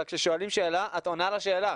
אבל כששואלים שאלה את עונה לשאלה.